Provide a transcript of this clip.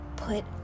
put